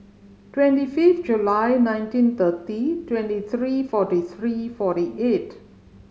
twenty fifth July nineteen thirty twenty three forty three forty eight